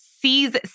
sees